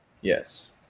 Yes